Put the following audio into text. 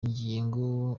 ngingo